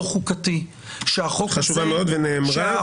חוקתי -- היא חשובה מאוד והיא נאמרה,